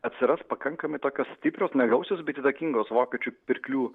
atsiras pakankamai tokios stiprios negausios bet įtakingos vokiečių pirklių